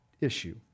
issue